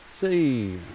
See